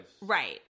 right